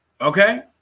Okay